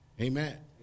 Amen